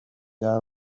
baba